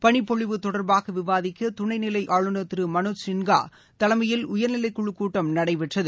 பளிப் பொழிவு தொடர்பாக விவாதிக்க துணை நிலை ஆளுநர் திரு மனோஜ் சின்கா தலைமையில் உயர்நிலைக் குழு கூட்டம் நடைபெற்றது